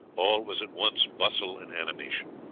all was at once bustle and animation.